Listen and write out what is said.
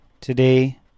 today